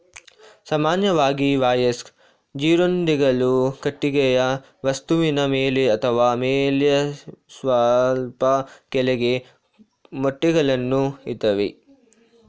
ಸಾಮಾನ್ಯವಾಗಿ ವಯಸ್ಕ ಜೀರುಂಡೆಗಳು ಕಟ್ಟಿಗೆಯ ವಸ್ತುವಿನ ಮೇಲೆ ಅಥವಾ ಮೇಲ್ಮೈಯ ಸ್ವಲ್ಪ ಕೆಳಗೆ ಮೊಟ್ಟೆಗಳನ್ನು ಇಡ್ತವೆ